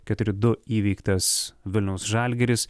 keturi du įveiktas vilniaus žalgiris